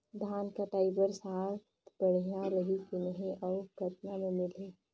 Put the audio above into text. धान कटाई बर साथ बढ़िया रही की नहीं अउ कतना मे मिलही?